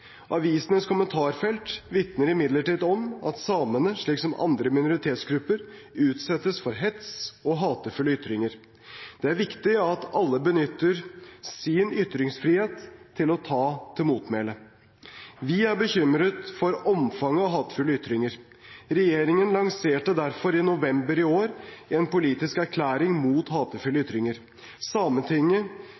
Avisenes kommentarfelt vitner imidlertid om at samene, slik som andre minoritetsgrupper, utsettes for hets og hatefulle ytringer. Det er viktig at alle benytter sin ytringsfrihet til å ta til motmæle. Vi er bekymret over omfanget av hatefulle ytringer. Regjeringen lanserte derfor i november i år en politisk erklæring mot hatefulle ytringer.